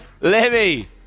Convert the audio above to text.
Lemmy